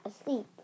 asleep